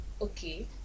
okay